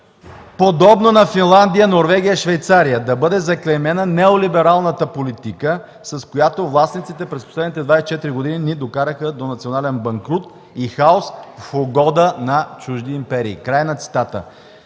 подобна на Финландия, Норвегия, Швейцария. Да бъде заклеймена неолибералната политика, с която властниците през последните 24 години ни докараха до национален банкрут и хаос в угода на чужди империи.” Край на цитата.